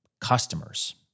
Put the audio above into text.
Customers